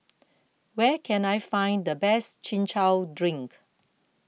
where can I find the best Chin Chow Drink